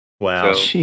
wow